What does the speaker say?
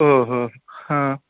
ओ हो हा